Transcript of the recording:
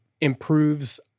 improves